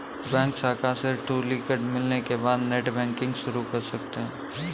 bank शाखा से toolkit मिलने के बाद नेटबैंकिंग शुरू कर सकते है